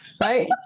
Right